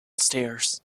stairs